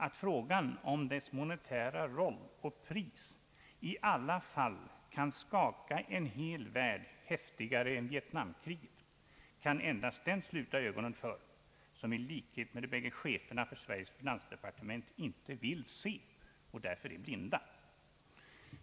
Att frågan om dess monetära roll och pris i alla fall kan skaka en hel värld häftigare än vietnamkriget kan endast den sluta ögonen för som i likhet med de bägge cheferna för Sveriges finansdepartement inte vill se och därför är blinda.